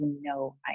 no